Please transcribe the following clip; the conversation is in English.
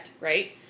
right